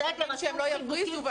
אנחנו מתחננים שהם לא יבריזו,